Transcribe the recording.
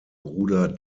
bruder